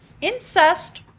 incest